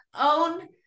own